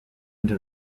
into